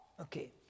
Okay